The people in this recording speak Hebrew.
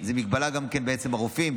זו מגבלה גם בעצם הרופאים,